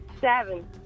Seven